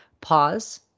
pause